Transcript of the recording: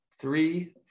three